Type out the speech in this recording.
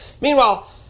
Meanwhile